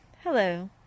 Hello